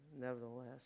nevertheless